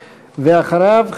ואחריו,